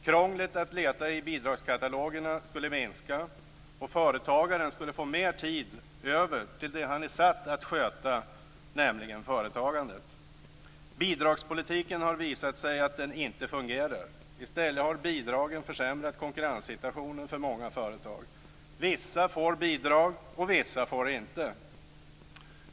Krånglet att leta i bidragskatalogerna skulle minska, och företagaren skulle få mer tid över till det han är satt att sköta, nämligen företagandet. Det har visat sig att bidragspolitiken inte fungerar. I stället har bidragen försämrat konkurrenssituationen för många företag. Vissa får bidrag och vissa får det inte.